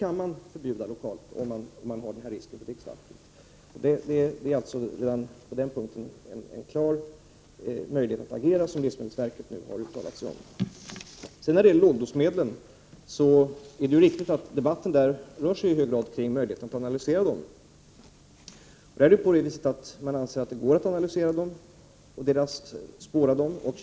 På den punkten finns det alltså helt klart möjligheter att agera, vilket livsmedelsverket nu har uttalat sig om. Beträffande lågdosmedlen är det riktigt att debatten i hög grad handlar om möjligheterna att göra analyser. Man anser att det är möjligt att analysera och spåra dessa medel.